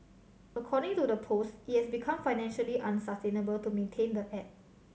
according to the post it has become financially unsustainable to maintain the app